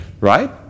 Right